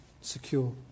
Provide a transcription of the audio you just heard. secure